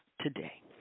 today